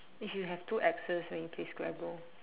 if you have two Xs when you play scrabble